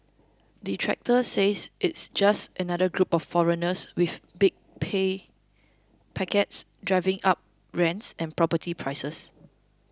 detractors says it's just another group of foreigners with big pay packets driving up rents and property prices